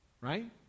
right